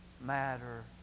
matter